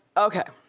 okay.